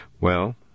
Well